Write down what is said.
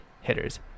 hitters